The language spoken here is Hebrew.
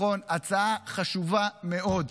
הצעה חשובה מאוד.